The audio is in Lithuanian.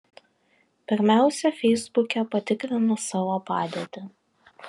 pirmiausia feisbuke patikrinu savo padėtį